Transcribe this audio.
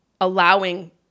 allowing